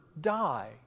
die